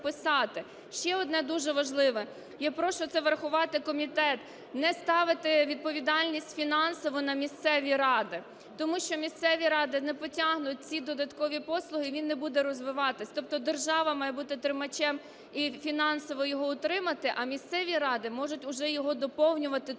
Ще одне, дуже важливе, я прошу це врахувати комітет: не ставити відповідальність фінансову на місцеві ради. Тому що місцеві ради не потягнуть ці додаткові послуги і він не буде розвиватися. Тобто держава має бути тримачем і фінансово його утримати, а місцеві ради можуть вже його доповнювати тією